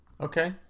okay